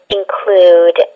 include